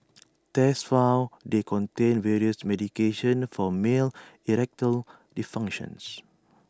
tests found they contained various medications for male erectile dysfunctions